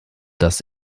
dass